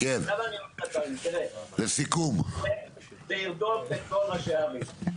יהיה אבל צריך למצוא דרך לעזור לסוחרים.